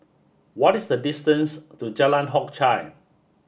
what is the distance to Jalan Hock Chye